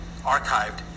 archived